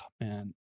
Man